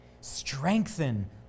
strengthen